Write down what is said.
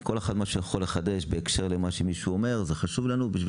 אלא לחדש בהקשר לדברים שמישהו אומר, זה חשוב לנו.